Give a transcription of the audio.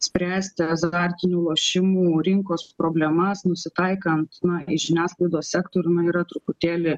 spręsti azartinių lošimų rinkos problemas nusitaikant na į žiniasklaidos sektorių na yra truputėlį